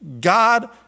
God